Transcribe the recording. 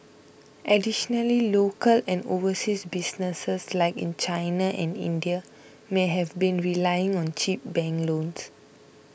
additionally local and overseas businesses like in China and India may have been relying on cheap bank loans